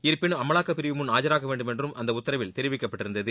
இருப்பினும் அமலாக்கப் பிரிவு முன் ஆஜராக வேண்டுமென்றும் அந்த உத்தரவில் தெரிவிக்கப்பட்டிருந்தது